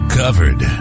covered